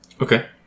Okay